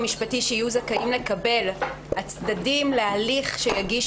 שיהיו זכאים לקבל הצדדים להליך שיגיש